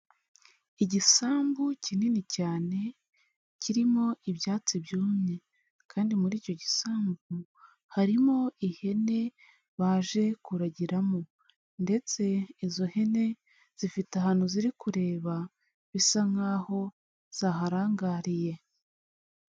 Igisambu kinini cyane kirimo ibyatsi byumye, kandi muri icyo gisambu harimo ihene baje kuragiramo, ndetse izo hene zifite ahantu ziri kureba bisa nk'aho zaharangariye.